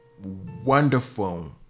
wonderful